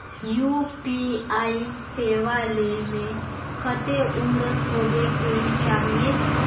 UPI सेवा ले में कते उम्र होबे के चाहिए?